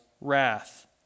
wrath